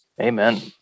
Amen